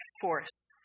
force